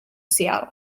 seattle